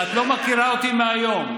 את לא מכירה אותי מהיום.